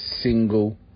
single